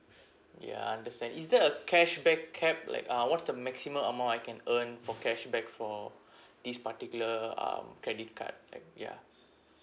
ya I understand is there a cashback cap like uh what's the maximum amount I can earn for cashback for this particular um credit card like ya